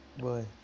Boy